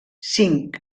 cinc